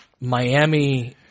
Miami –